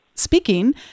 speaking